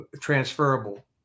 transferable